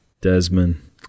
Desmond